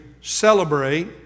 celebrate